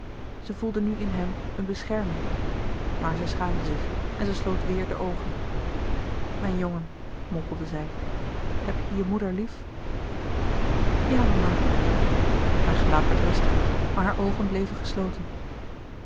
zij voelde nu in hem eene bescherming maar zij schaamde zich en zij sloot weêr de oogen louis couperus de boeken der kleine zielen mijn jongen mompelde zij heb je je moeder lief ja mama haar gelaat werd rustiger maar hare oogen bleven gesloten